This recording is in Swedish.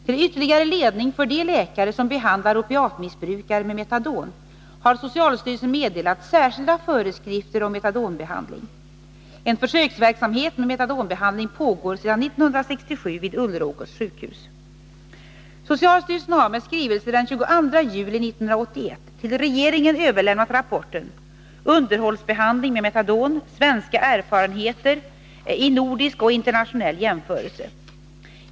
Till ytterligare ledning för de läkare som behandlar opiatmissbrukare med metadon har socialstyrelsen meddelat särskilda föreskrifter om metadonbehandling . En försöksverksamhet med metadonbehandling pågår sedan 1967 vid Ulleråkers sjukhus. Socialstyrelsen har med skrivelse den 22 juli 1981 till regeringen överlämnat rapporten Underhållsbehandling med metadon — svenska erfarenheter i nordisk och internationell jämförelse.